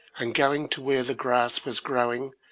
and going to where the grass was growing,